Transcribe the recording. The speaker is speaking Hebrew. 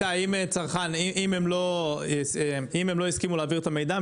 אם הם לא יסכימו להעביר את המידע,